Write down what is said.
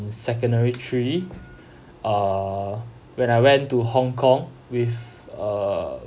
secondary three uh when I went to hong kong with uh